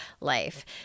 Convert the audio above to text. life